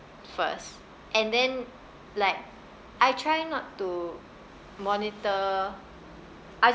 first and then like I try not to monitor I